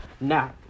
Now